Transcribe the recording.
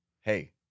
Hey